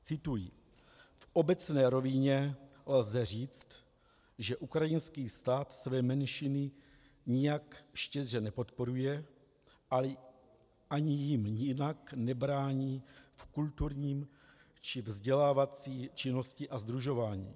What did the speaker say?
Cituji: V obecné rovině lze říct, že ukrajinský stát své menšiny nijak štědře nepodporuje, ale ani jim nijak nebrání v kulturní či vzdělávací činnosti a sdružování.